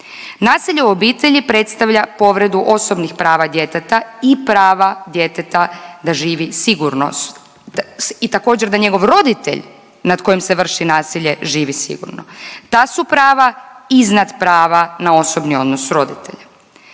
Nasilje u obitelji predstavlja povredu osobnih prava djeteta i prava djeteta da živi sigurno i također da njegov roditelj nad kojim se vrši nasilje živi sigurno. Ta su prava iznad prava na osobni odnos roditelja.